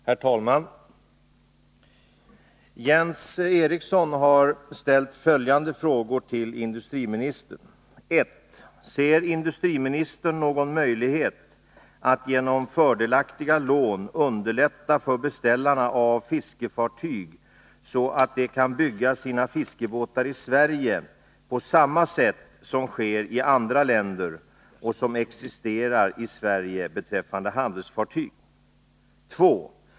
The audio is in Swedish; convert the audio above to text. Herr talman! Jens Eriksson har ställt följande frågor till industriministern: ; 1. Ser industriministern någon möjlighet att genom fördelaktiga lån underlätta för beställarna av fiskefartyg, så att de kan bygga sina fiskebåtar i Sverige på samma sätt som sker i andra länder och som förekommer i Sverige beträffande handelsfartyg? 2.